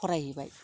फरायहैबाय